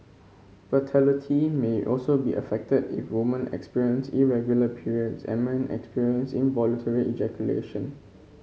fertility may also be affected if woman experience irregular periods and men experience involuntary ejaculation